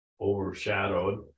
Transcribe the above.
overshadowed